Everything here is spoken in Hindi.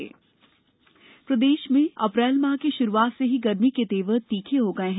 मौसम प्रदेश में अप्रैल माह की शुरूआत से ही गर्मी के तेवर तीखे हो गए हैं